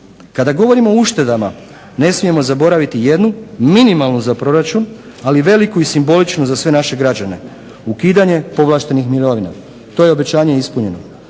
Kada govorimo o uštedama ne smijemo zaboraviti jednu minimalnu za proračun, ali veliku i simboličnu za sve naše građane – ukidanje povlaštenih mirovina. To je obećanje ispunjeno.